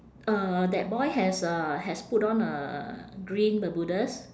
uh that boy has a has put on a green bermudas